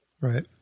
Right